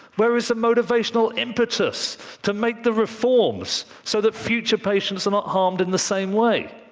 where is a motivational impetus to make the reforms so that future patients are not harmed in the same way?